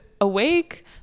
awake